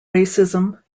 racism